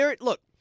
Look